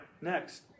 next